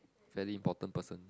very important person